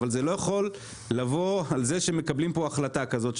אבל זה לא יכול לבוא בזה שמקבלים פה החלטה כזאת,